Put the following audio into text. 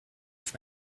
with